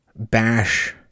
bash